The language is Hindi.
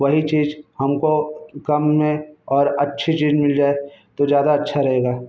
वही चीज़ हमको कम में और अच्छी चीज़ मिल जाए तो ज़्यादा अच्छा रहेगा